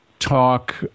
talk